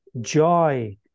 joy